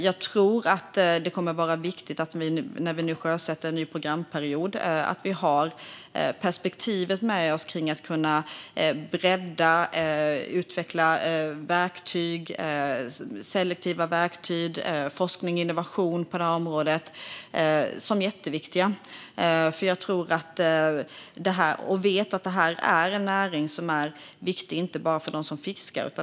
Jag tror att det kommer att vara viktigt när vi nu sjösätter en ny programperiod att vi har perspektivet med oss att kunna bredda och utveckla selektiva verktyg, forskning och innovation på området. De är jätteviktiga. Jag vet att detta är en näring som är viktig inte bara för dem som fiskar.